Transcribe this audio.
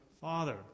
Father